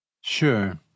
Sure